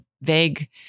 vague